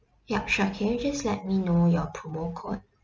yup sure can you just let me know your promo code